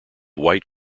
white